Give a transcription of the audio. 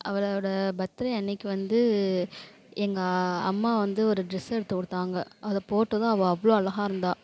அவளோட பர்த்டே அன்றைக்கி வந்து எங்கள் அம்மா வந்து ஒரு ட்ரெஸ் எடுத்து கொடுத்தாங்க அதை போட்டதும் அவள் அவ்வளோ அழகாக இருந்தாள்